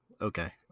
Okay